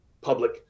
public